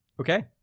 Okay